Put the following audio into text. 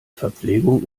verpflegung